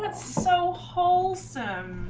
but so wholesome